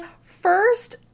first